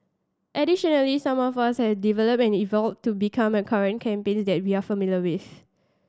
additionally some have also developed and evolved to become the current campaign that we are familiar with